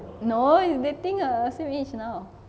no he's dating err same age now